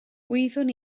wyddwn